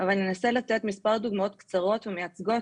אבל ננסה לתת מספר דוגמאות קצרות ומייצגות